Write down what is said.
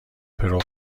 پرو